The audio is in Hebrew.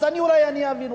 אז אני אולי אבין,